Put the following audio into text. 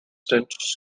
tend